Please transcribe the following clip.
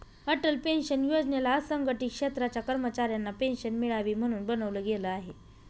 Atal pension योजनेला असंघटित क्षेत्राच्या कर्मचाऱ्यांना पेन्शन मिळावी, म्हणून बनवलं गेलं आहे